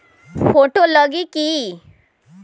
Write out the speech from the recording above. Photo लगी कि?